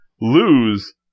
lose